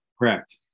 Correct